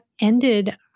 ended